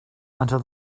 until